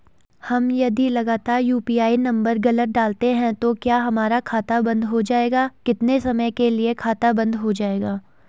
हम यदि लगातार यु.पी.आई नम्बर गलत डालते हैं तो क्या हमारा खाता बन्द हो जाएगा कितने समय के लिए खाता बन्द हो जाएगा?